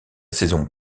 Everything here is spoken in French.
saison